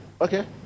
Okay